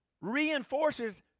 reinforces